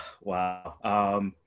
Wow